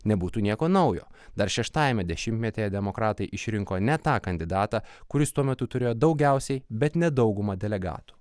nebūtų nieko naujo dar šeštajame dešimtmetyje demokratai išrinko ne tą kandidatą kuris tuo metu turėjo daugiausiai bet ne daugumą delegatų